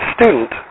student